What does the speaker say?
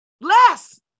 Less